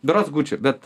berods guči bet